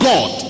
God